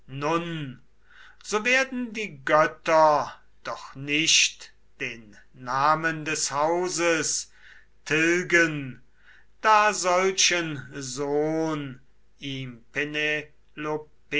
so werden die götter doch nicht den namen des hauses tilgen da solchen sohn